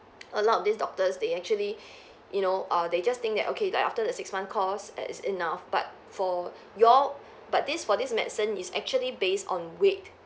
a lot of these doctors they actually you know err they just think that okay like after the six month course that's enough but for your but this for this medicine is actually based on weight